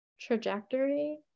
trajectory